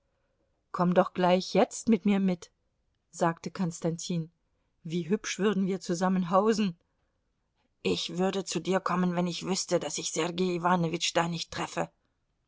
komm doch gleich jetzt mit mir mit sagte konstantin wie hübsch würden wir zusammen hausen ich würde zu dir kommen wenn ich wüßte daß ich sergei iwanowitsch da nicht treffe